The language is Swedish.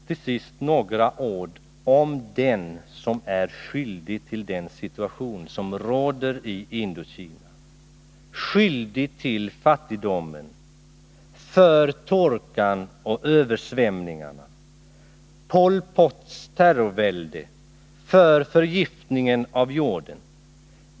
Till sist några ord om den som är skyldig till den situation som råder i Indokina, skyldig till fattigdomen, torkan och översvämningarna, Pol Pots terrorvälde och förgiftningen av jorden.